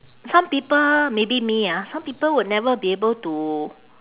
some people maybe me ah some people would never be able to